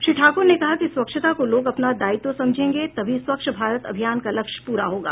श्री ठाकुर ने कहा कि स्वच्छता को लोग अपना दायित्व समझेंगे तभी स्वच्छ भारत अभियान का लक्ष्य पूरा होगा